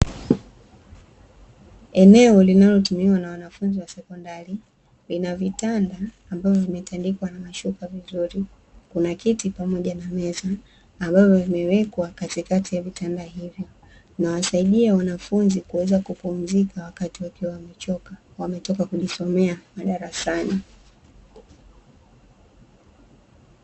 Eneo linalotumiwa na wanafunzi wa sekondari lina vitanda ambavyo vimetandikwa na mashuka vizuri, kuna kiti pamoja na meza ambayo imewekwa katikati ya vitanda hivyo, inawasaidia wanafunzi kuweza kupumzika wakati wakiwa wamechoka wametoka kujisomea madarasani.